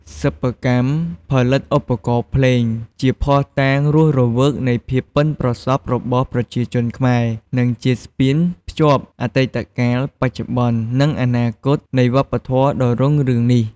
សិប្បកម្មផលិតឧបករណ៍ភ្លេង ជាភស្តុតាងរស់រវើកនៃភាពប៉ិនប្រសប់របស់ប្រជាជនខ្មែរ និងជាស្ពានភ្ជាប់អតីតកាល បច្ចុប្បន្ន និងអនាគតនៃវប្បធម៌ដ៏រុងរឿងនេះ។